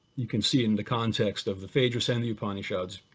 you can see in the context of the phaedrus and the upanishads,